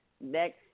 next